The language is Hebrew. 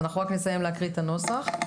אנחנו נסיים להקריא את הנוסח.